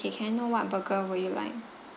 ~ay can I know what burger will you like